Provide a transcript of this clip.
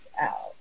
out